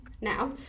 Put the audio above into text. now